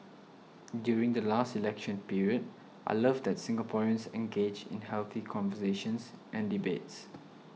during the last election period I love that Singaporeans engage in healthy conversations and debates